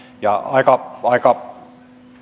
ja aika aika